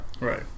Right